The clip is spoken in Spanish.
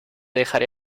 dejaré